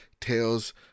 Tales